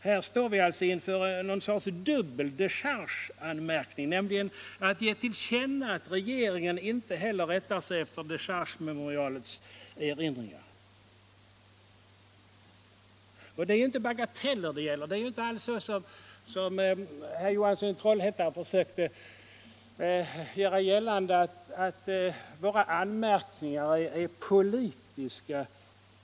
Här står vi alltså inför en sorts dubbel dechargeanmärkning, nämligen att ge till känna att regeringen inte heller rättar sig efter dechargememorialets erinringar. Och det är inte bagateller det gäller. Det är inte så, som herr Johansson i Trollhättan försökte göra gällande, att våra anmärkningar är politiska.